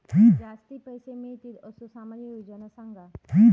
जास्ती पैशे मिळतील असो सामाजिक योजना सांगा?